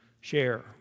share